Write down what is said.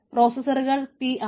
പ്രോസ്സസറുകൾ P ആണ്